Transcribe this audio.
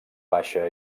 baixa